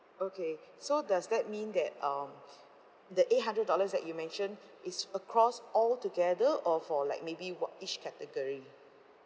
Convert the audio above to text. okay so does that mean that um the eight hundred dollars that you mentioned it's across all together or for like maybe wha~ each category